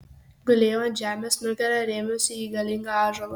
gulėjau ant žemės nugara rėmiausi į galingą ąžuolą